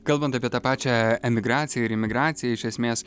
kalbant apie tą pačią emigraciją ir imigraciją iš esmės